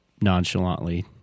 nonchalantly